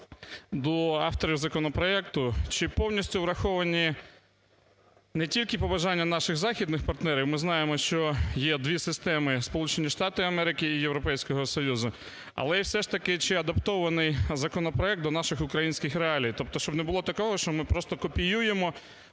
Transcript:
до авторів законопроекту. Чи повністю враховані не тільки побажання наших західних партнерів – ми знаємо, що є дві системи: Сполучені Штати Америки і Європейського Союзу, - але і все ж таки, чи адаптований законопроект до наших українських реалій? Тобто, щоб не було такого, що ми просто копіюємо